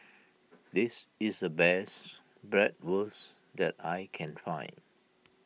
this is a best Bratwurst that I can find